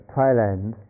Thailand